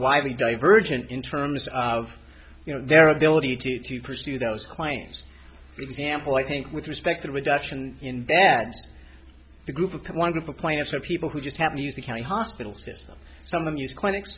widely divergent in terms of you know their ability to to pursue those claims example i think with respect to reduction in that the group of wonderful plaintiffs are people who just happen to use the county hospital system some of these clinics